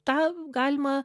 tą galima